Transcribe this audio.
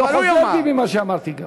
אמרתי, אני גם לא חוזר בי ממה שאמרתי.